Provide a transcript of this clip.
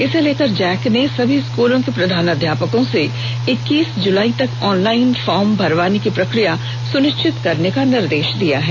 इसे लेकर जैक ने सभी स्कूलों के प्रधानाध्यापकों से इक्कीस जुलाई तक ऑनलाइन फॉर्म भरवाने की प्रक्रिया सुनिष्वित करने का निर्देष दिया है